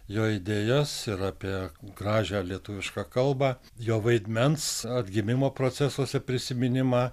jo idėjas ir apie gražią lietuvišką kalbą jo vaidmens atgimimo procesuose prisiminimą